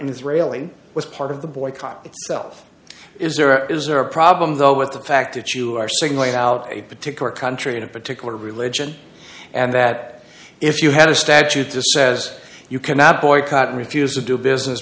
israeli was part of the boycott itself is there is there a problem though with the fact that you are saying laid out a particular country in a particular religion and that if you had a statute just says you cannot boycott and refuse to do business